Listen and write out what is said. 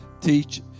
teach